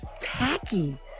tacky